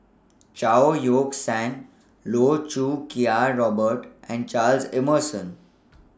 Chao Yoke San Loh Choo Kiat Robert and Charles Emmerson